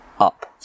up